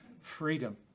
freedom